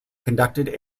conducted